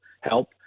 help